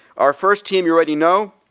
our first team you already know.